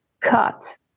cut